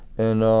and